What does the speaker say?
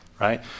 right